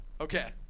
okay